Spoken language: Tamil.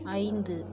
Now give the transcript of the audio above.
ஐந்து